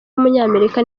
w’umunyamerika